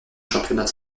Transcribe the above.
championnats